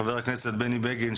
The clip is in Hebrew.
חבר הכנסת בני בגין,